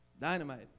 Dynamite